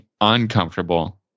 uncomfortable